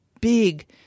big